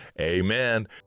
Amen